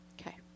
Okay